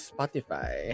Spotify